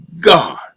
God